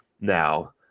now